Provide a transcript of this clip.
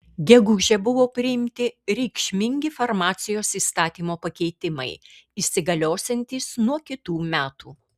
gegužę buvo priimti reikšmingi farmacijos įstatymo pakeitimai įsigaliosiantys nuo kitų metų